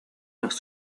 los